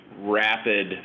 rapid